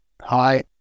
hi